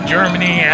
Germany